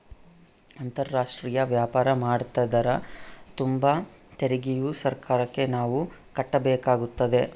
ಅಂತಾರಾಷ್ಟ್ರೀಯ ವ್ಯಾಪಾರ ಮಾಡ್ತದರ ತುಂಬ ತೆರಿಗೆಯು ಸರ್ಕಾರಕ್ಕೆ ನಾವು ಕಟ್ಟಬೇಕಾಗುತ್ತದೆ